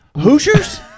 Hoosiers